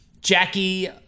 Jackie